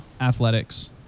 Athletics